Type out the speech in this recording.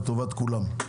לטובת כולם.